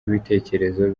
ibitekerezo